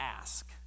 ask